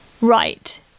Right